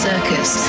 Circus